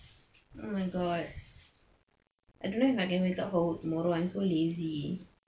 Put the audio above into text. oh my god I don't know if I can wake up for work tomorrow I'm so lazy